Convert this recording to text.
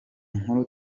nkuru